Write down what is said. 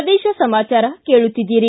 ಪ್ರದೇಶ ಸಮಾಚಾರ ಕೇಳುತ್ತಿದ್ದೀರಿ